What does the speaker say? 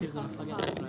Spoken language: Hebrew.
שנייה.